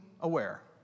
aware